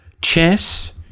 chess